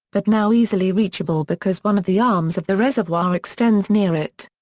but now easily reachable because one of the arms of the reservoir extends near it.